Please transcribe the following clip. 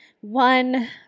one